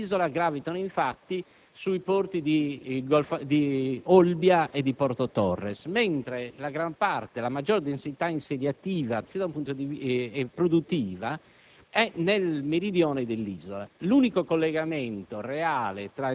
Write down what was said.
Nord e del Centro-Nord dell'isola gravitano, infatti, sui golfi di Olbia e Porto Torres, mentre la maggiore densità insediativa e produttiva